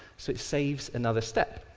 so it saves another step.